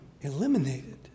eliminated